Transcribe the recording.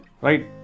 right